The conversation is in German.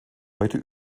heute